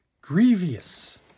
grievous